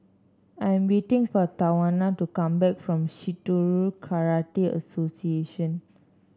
I'm waiting for Tawana to come back from Shitoryu Karate Association